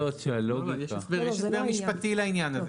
יש הסבר משפטי לעניין הזה.